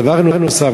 דבר נוסף,